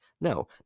No